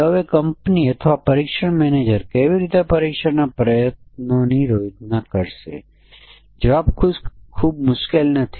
તેથી મજબૂત પરીક્ષણ માટે જ્યારે આપણે નકારાત્મક પરીક્ષણના કેસો પર પણ વિચાર કરીએ ત્યારે આપણે 6 n 1 આપવાની જરૂર છે